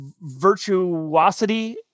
virtuosity